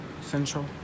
Central